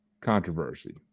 Controversy